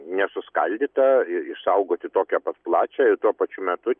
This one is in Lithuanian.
nesuskaldytą i išsaugoti tokią pat plačią ir tuo pačiu metu